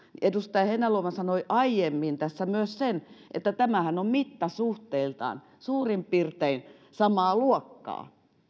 edustaja heinäluoma sanoi aiemmin tässä myös sen että tämähän on mittasuhteiltaan suurin piirtein samaa luokkaa